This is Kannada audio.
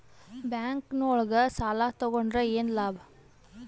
ಬ್ಯಾಂಕ್ ನೊಳಗ ಸಾಲ ತಗೊಂಡ್ರ ಏನು ಲಾಭ?